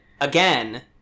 again